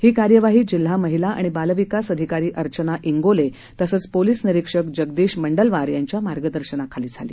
ही कार्यवाही जिल्हा महिला आणि बाल विकास अधिकारी अर्चना इंगोले तसंच पोलिस निरीक्षक जगदिश मंडलवार यांच्या मार्गदर्शनाखाली झाली